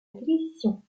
télévision